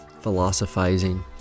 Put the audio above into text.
philosophizing